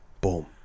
Boom